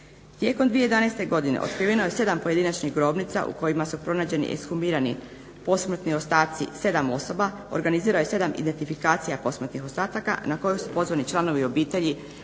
Tijekom 2011.godine otkriveno je 7 pojedinačnih grobnica u kojima su pronađeni ekshumirani posmrtni ostaci 7 osoba, organizirano je 7 identifikacija posmrtnih ostataka na koju su pozvani članovi obitelji